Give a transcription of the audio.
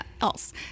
else